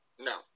No